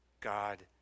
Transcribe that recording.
God